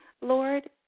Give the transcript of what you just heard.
Lord